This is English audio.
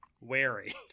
wary